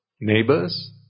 neighbors